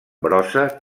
brossa